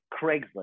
Craigslist